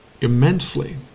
immensely